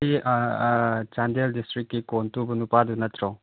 ꯁꯤ ꯆꯥꯟꯗꯦꯜ ꯗꯤꯁꯇ꯭ꯔꯤꯛꯀꯤ ꯀꯣꯟ ꯇꯨꯕ ꯅꯨꯄꯥꯗꯨ ꯅꯠꯇ꯭ꯔꯣ